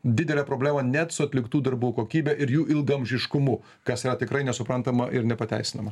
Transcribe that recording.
didelę problemą net su atliktų darbų kokybe ir jų ilgaamžiškumu kas yra tikrai nesuprantama ir nepateisinama